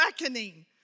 reckoning